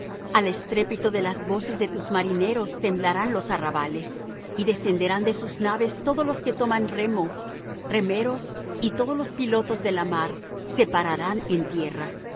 al estrépito de las voces de tus marineros temblarán los arrabales y descenderán de sus naves todos los que toman remo remeros y todos los pilotos de la mar se pararán en tierra